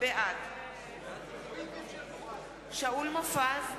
בעד שאול מופז,